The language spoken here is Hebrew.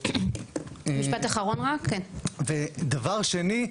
ודבר שני,